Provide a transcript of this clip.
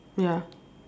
ya